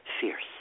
fierce